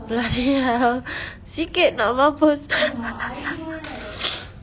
sikit nak mampus